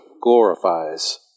glorifies